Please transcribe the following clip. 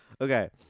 Okay